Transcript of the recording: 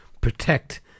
Protect